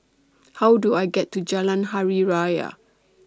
How Do I get to Jalan Hari Raya